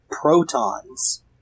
protons